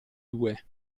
due